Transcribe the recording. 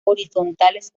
horizontales